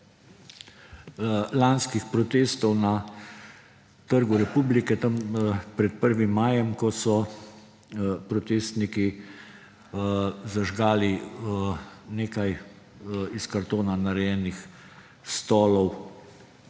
lanskih protestov na Trgu republike, tam pred 1. majem, ko so protestniki zažgali nekaj iz kartona narejenih stolov